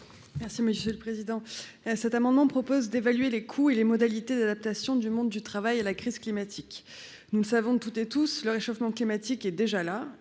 Si monsieur le président, cet amendement propose d'évaluer les coûts et les modalités d'adaptation du monde du travail à la crise climatique, nous ne savons toutes et tous, le réchauffement climatique est déjà là,